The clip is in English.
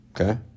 Okay